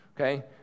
Okay